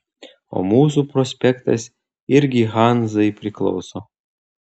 o mūsų prospektas irgi hanzai priklauso